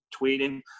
tweeting